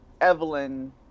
Evelyn